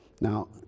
Now